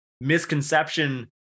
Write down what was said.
misconception